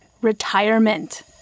retirement